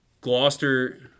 Gloucester